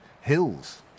hills